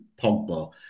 Pogba